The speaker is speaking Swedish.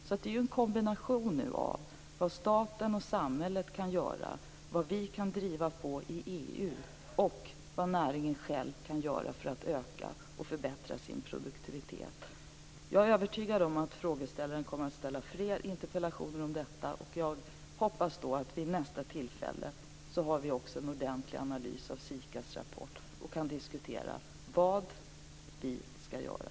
Det här är alltså en kombination av vad staten och samhället kan göra, vad vi kan driva fram i EU och vad näringen själv kan göra för att öka och förbättra sin produktivitet. Jag är övertygad om att frågeställaren kommer att ställa fler interpellationer om detta, och jag hoppas att vi vid nästa tillfälle också har en ordentlig analys av SIKA:s rapport och kan diskutera vad vi skall göra.